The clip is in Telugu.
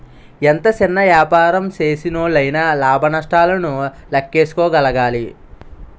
ఎంత సిన్న యాపారం సేసినోల్లయినా లాభ నష్టాలను లేక్కేసుకోగలగాలి